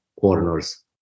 corners